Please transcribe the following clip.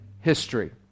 history